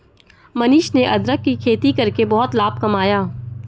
मनीष ने अदरक की खेती करके बहुत लाभ कमाया